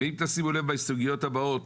אם תשימו לב בהסתייגויות הבאות,